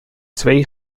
twee